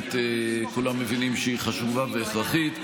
שכולם מבינים שהיא חשובה והכרחית.